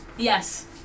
Yes